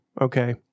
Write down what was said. okay